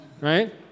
Right